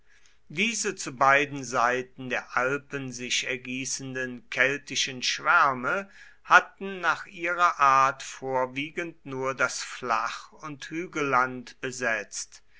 diese zu beiden seiten der alpen sich ergießenden keltischen schwärme hatten nach ihrer art vorwiegend nur das flach und hügelland besetzt